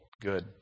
good